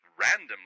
randomly